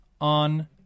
on